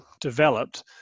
developed